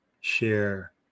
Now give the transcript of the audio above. Share